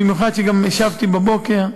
במיוחד שגם השבתי בבוקר,